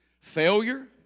failure